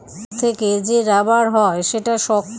rubber গাছের sap বা রস থেকে যে রাবার হয় সেটা শক্ত, দৃঢ় আর নমনীয়